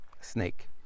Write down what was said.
Snake